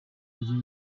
bugiye